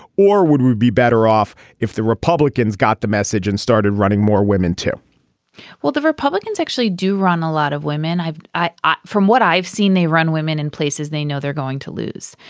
or would we be better off if the republicans got the message and started running more women too well the republicans actually do run a lot of women. i've i've ah from what i've seen they run women in places they know they're going to lose.